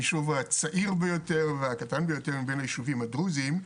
הישוב הצעיר ביותר והקטן ביותר מבין הישובים הדרוזים.